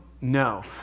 No